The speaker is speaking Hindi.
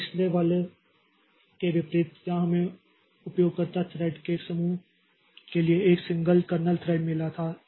अब पिछले वाले के विपरीत जहां हमें उपयोगकर्ता थ्रेड के एक समूह के लिए एक सिंगल कर्नेल थ्रेड मिला था